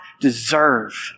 deserve